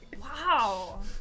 Wow